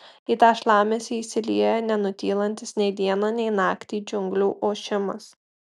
į tą šlamesį įsilieja nenutylantis nei dieną nei naktį džiunglių ošimas